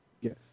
Yes